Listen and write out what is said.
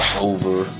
over